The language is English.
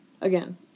again